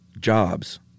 jobs